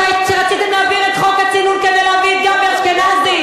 כשרציתם להעביר את חוק הצינון כדי להביא את גבי אשכנזי,